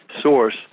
source